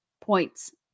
points